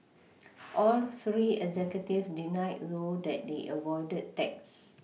all three executives denied though that they avoided tax